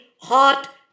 hot